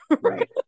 Right